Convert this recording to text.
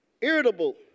Irritable